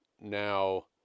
now